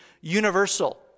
universal